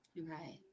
Right